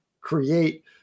create